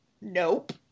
nope